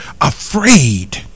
afraid